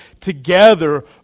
together